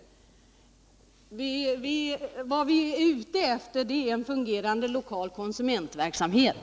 Vad vi är ute efter är en fungerande lokal konsumentverksamhet.